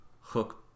hook